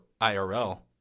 IRL